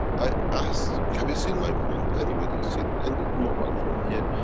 i asked, have you seen my phone? anybody seen any mobile phone here?